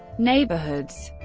neighborhoods